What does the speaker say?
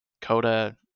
coda